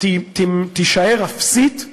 תישאר אפסית,